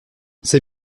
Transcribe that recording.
c’est